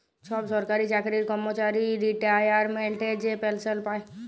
ছব সরকারি চাকরির কম্মচারি রিটায়ারমেল্টে যে পেলসল পায়